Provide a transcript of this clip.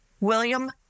William